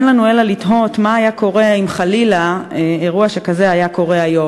אין לנו אלא לתהות מה היה קורה אילו חלילה אירוע שכזה היה קורה היום.